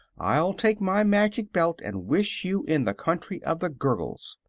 i'll take my magic belt and wish you in the country of the gurgles.